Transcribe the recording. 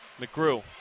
McGrew